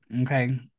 okay